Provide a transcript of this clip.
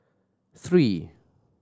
three